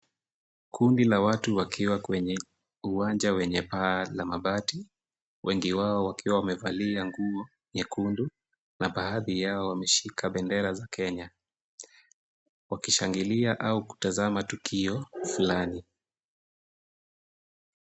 Kundi la watu wakiwa kwenye uwanja wenye paa la mabati, wengi wao wakiwa wamevalia nguo nyekundu na baadhi yao wameshika bendera za Kenya wakishangilia au kutazama tukio fulani.